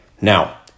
Now